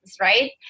right